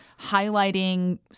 highlighting